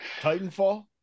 Titanfall